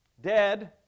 Dead